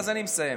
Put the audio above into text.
אז אני מסיים.